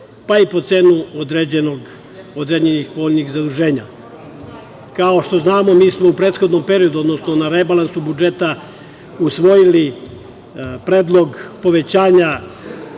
pa i po cenu određenog određenih zaduženja. Kao što znamo, mi smo u prethodnom periodu, odnosno na rebalansu budžeta usvojili predlog povećanja